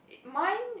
mine